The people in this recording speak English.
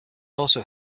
also